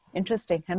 Interesting